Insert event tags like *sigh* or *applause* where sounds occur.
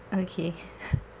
okay *laughs*